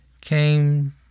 came